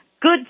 good